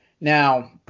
Now